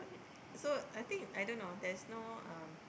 so I think I don't know there is no um